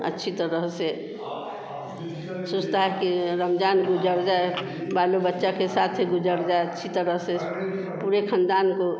अच्छी तरह से सोचता है कि रमज़ान गुज़र जाए बाल बच्चा के साथे गुज़र जाए अच्छी तरह से इस पूरे ख़ानदान को